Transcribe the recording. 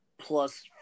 Plus